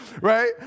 right